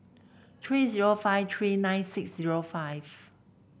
three zero five three nine six zero five